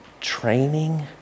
training